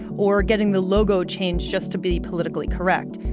or getting the logo changed just to be politically correct.